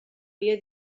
via